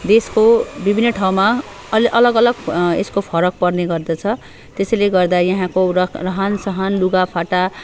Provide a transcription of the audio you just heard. देशको विभिन्न ठाउँमा अल अलग अलग यसको फरक पर्ने गर्दछ त्यसैले गर्दा यहाँको रहनसहन लुगाफाटा